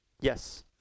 Yes